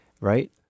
right